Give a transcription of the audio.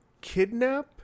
Kidnap